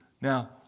Now